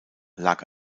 lag